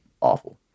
awful